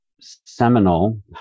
seminal